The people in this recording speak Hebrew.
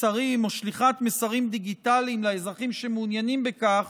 מסרים או שליחת מסרים דיגיטליים לאזרחים שמעוניינים בכך